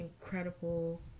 incredible